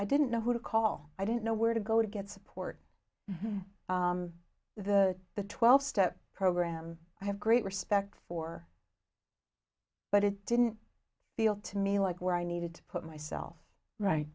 i didn't know who to call i didn't know where to go to get support the the twelve step program i have great respect for but it didn't feel to me like where i needed to put myself right